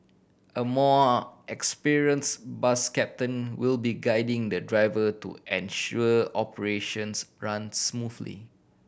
a more experience bus captain will be guiding the driver to ensure operations run smoothly